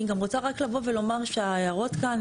אני גם רוצה רק לבוא ולומר שההערות כאן,